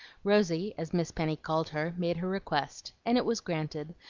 rosy, as miss penny called her, made her request and it was granted,